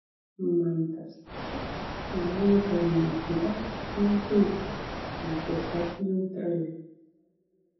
mantas o monika nei giria nei peikia ji tiesiog neutrali